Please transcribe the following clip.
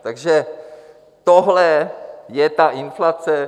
Takže tohle je ta inflace.